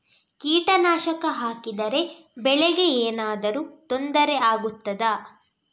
ಕೀಟನಾಶಕ ಹಾಕಿದರೆ ಬೆಳೆಗೆ ಏನಾದರೂ ತೊಂದರೆ ಆಗುತ್ತದಾ?